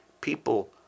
people